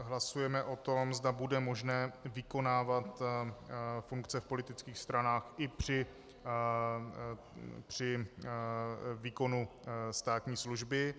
Hlasujeme o tom, zda bude možné vykonávat funkce v politických stranách i při výkonu státní služby.